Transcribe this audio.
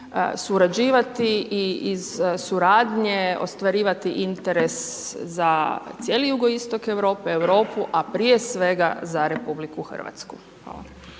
surađivati i iz suradnje ostvarivati interes za cijeli jugoistok Europe, Europe, a prije svega za RH. Hvala.